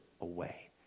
away